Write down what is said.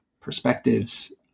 perspectives